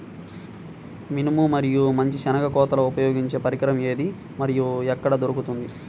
మినుము మరియు మంచి శెనగ కోతకు ఉపయోగించే పరికరం ఏది మరియు ఎక్కడ దొరుకుతుంది?